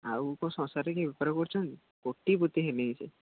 ଆଉ କ'ଣ ସଂସାରରେ କିଏ ବେପାର କରୁଛନ୍ତି କୋଟିପତି ହେଲେଣି ସିଏ